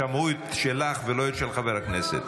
שמעו את שלך ולא את של חבר הכנסת.